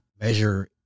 measure